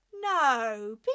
No